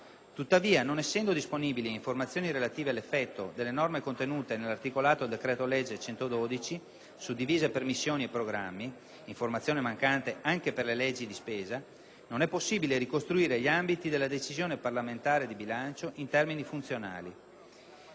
Tuttavia, non essendo disponibili le informazioni relative all'effetto delle norme contenute nell'articolato del decreto-legge n. 112 del 2008 suddivise per missioni e programmi (informazione mancante anche per le leggi di spesa), non è possibile ricostruire gli ambiti della decisione parlamentare di bilancio in termini funzionali.